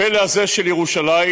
הפלא הזה של ירושלים,